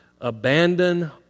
Abandon